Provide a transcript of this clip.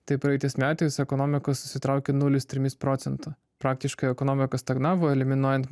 taip praeitais metais ekonomika susitraukė nulis trimis procento praktiškai ekonomika stagnavo eliminuojant